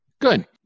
Good